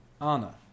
Anna